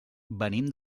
venim